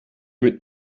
mit